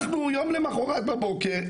אנחנו יום למחרת בבוקר,